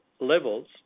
levels